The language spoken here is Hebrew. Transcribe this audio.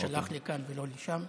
ששלחו לכאן ולא לשם,